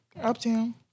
Uptown